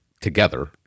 together